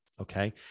Okay